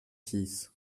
six